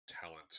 Talent